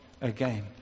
again